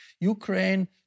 Ukraine